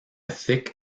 thick